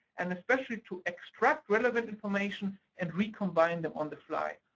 and especially to extract relevant information and recombine them on the fly.